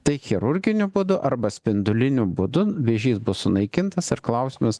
tai chirurginiu būdu arba spinduliniu būdu vėžys bus sunaikintas ir klausimas